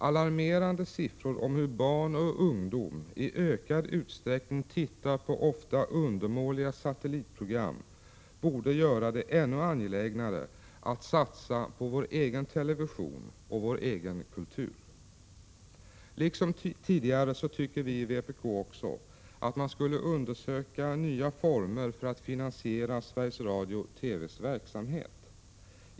Alarmerande siffror om hur barn och ungdomar i ökad utsträckning tittar på ofta undermåliga satellitprogram borde göra det ännu angelägnare att satsa på vår egen television och vår egen kultur. Liksom tidigare tycker vi i vpk att man borde undersöka nya former för att finansiera Sveriges Radios/TV:s verksamhet.